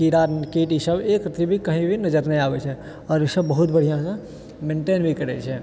कीड़ा कीड़ी सब एक भी कही भी नजर नहि आबैत छै आओर ई सब बहुत बढ़िआँसँ मेंटेन भी करैत छै